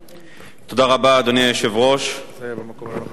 אדוני היושב-ראש, כבוד השר,